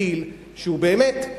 דיל שהוא באמת,